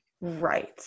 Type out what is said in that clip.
Right